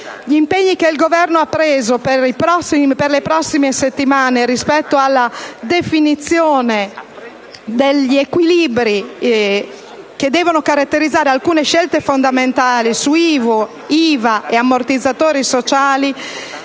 Gli impegni che il Governo ha preso per le prossime settimane rispetto alla definizione degli equilibri che devono caratterizzare alcune scelte fondamentali su IMU, IVA e ammortizzatori sociali